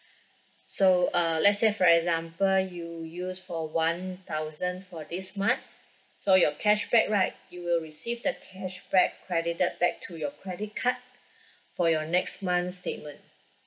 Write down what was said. so uh let's say for example you use for one thousand for this month so your cashback right you will receive that cashback credited back to your credit card for your next month statement